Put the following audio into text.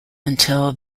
until